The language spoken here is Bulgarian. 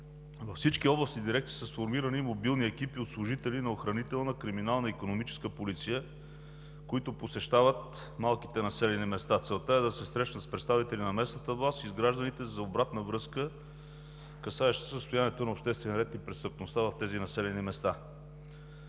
Във всички областни дирекции са сформирани мобилни екипи от служители на Охранителна, Криминална и Икономическа полиция, които посещават малките населени места. Целта е да се срещнат с представители на местната власт и с гражданите за обратна връзка, касаеща състоянието на обществения ред и престъпността в тези населени места.